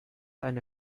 eine